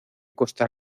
costa